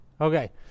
Okay